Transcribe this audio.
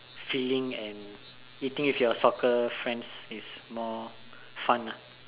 filling and eating with your soccer friends is more fun ah